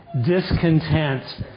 discontent